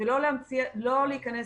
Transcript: ולא להיכנס